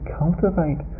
cultivate